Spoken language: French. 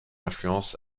influence